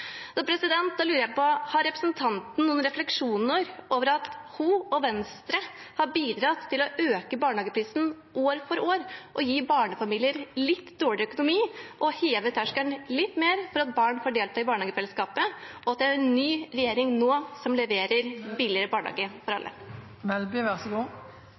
Da lurer jeg på om representanten har noen refleksjoner over at hun og Venstre har bidratt til å øke barnehageprisen år for år og gi barnefamilier litt dårligere økonomi og heve terskelen litt mer for at barn får delta i barnehagefellesskapet, og at det er en ny regjering som nå leverer billigere barnehage for